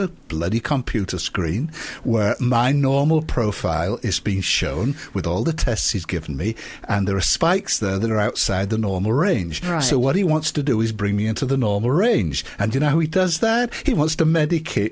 the bloody computer screen where my normal profile is being shown with all the tests he's given me and there are spikes that are outside the normal range or so what he wants to do is bring me into the normal range and you know he does that he wants to medicate